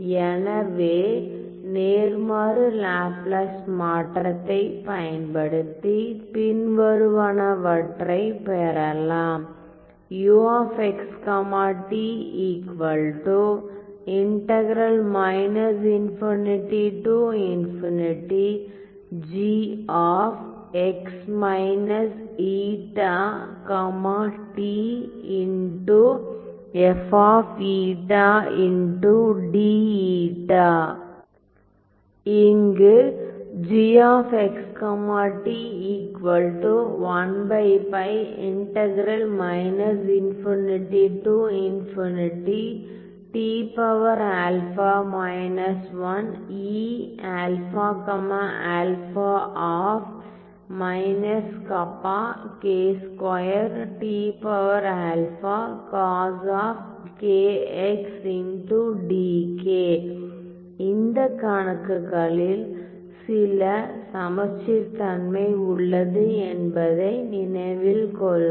எனவே நேர்மாறு லாப்லாஸ் மாற்றத்தைப் பயன்படுத்தி பின்வருவனவற்றைப் பெறலாம் இங்கு இந்த கணக்குகளில் சில சமச்சீர் தன்மை உள்ளது என்பதை நினைவில் கொள்க